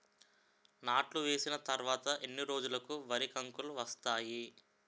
నాట్లు వేసిన తర్వాత ఎన్ని రోజులకు వరి కంకులు వస్తాయి?